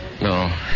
no